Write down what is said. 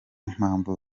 mpamvu